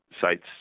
sites